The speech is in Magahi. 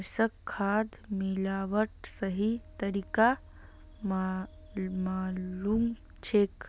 रमेशक खाद मिलव्वार सही तरीका मालूम छेक